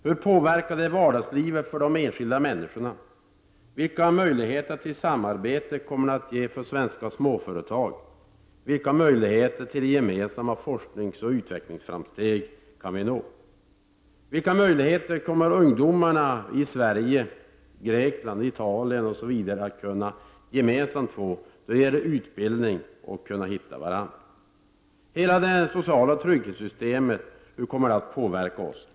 Hur påverkar det vardagslivet för de enskilda människorna? Vilka möjligheter till samarbete kommer det att ge för svenska småföretag? Vilka möjligheter till gemensamma forskningsoch utvecklingsframsteg kan vi nå? Vilka är möjligheterna för ungdomarna i Sverige, Grekland, Italien osv. att gemensamt kunna få rejäl utbildning och hitta varandra? Hur kommer hela det sociala trygghetssystemet att påverka oss?